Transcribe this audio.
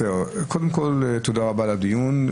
קודם כול, תודה רבה על הדיון.